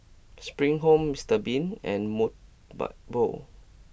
Spring Home Mister Bean and Mobot